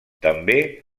també